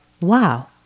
wow